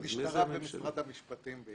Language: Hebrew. הוא צריך לשתף פעולה עם הבנק.